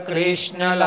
Krishna